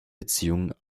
beziehung